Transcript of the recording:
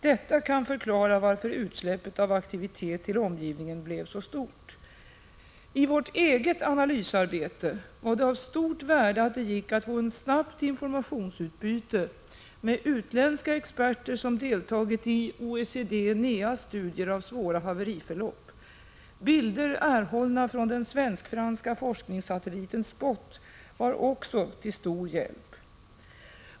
Detta kan förklara varför utsläppet av aktivitet till omgivningen blev så stort. I vårt eget analysarbete var det av stort värde att det gick att få ett snabbt informationsutbyte med utländska experter som deltagit i OECD/NEA:s studier av svåra haveriförlopp. Bilder erhållna från den svensk-franska forskningssatelliten SPOT var också till stor hjälp.